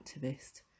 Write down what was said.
activist